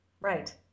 Right